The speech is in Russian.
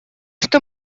что